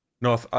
No